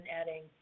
adding